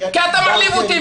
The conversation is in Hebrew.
כי אתה מעליב אותי.